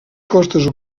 costes